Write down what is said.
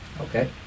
Okay